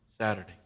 Saturday